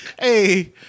Hey